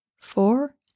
four